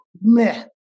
meh